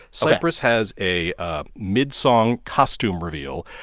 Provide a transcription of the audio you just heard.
cyprus has a ah mid-song costume reveal,